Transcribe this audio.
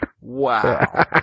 Wow